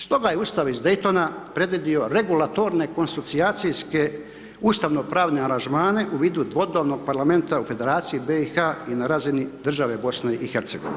Stoga je Ustav iz Daytona predvidio regulatorne konsocijacijske ustavnopravne aranžmane u vidu …/nerazumljivo/… parlamenta u Federaciji BiH i na razini države BiH.